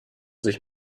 sich